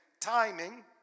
timing